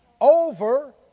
Over